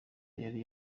yari